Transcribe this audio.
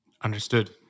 Understood